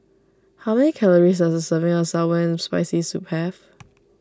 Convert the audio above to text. how many calories does serving of Sour and Spicy Soup have